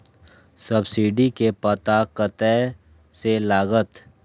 Subsidy के पता कतय से लागत?